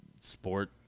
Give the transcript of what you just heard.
sport